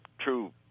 true